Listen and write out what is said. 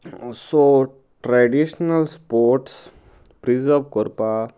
so traditional sports preserve करपाक